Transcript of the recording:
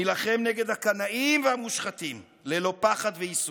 נילחם נגד הקנאים והמושחתים ללא פחד והיסוס.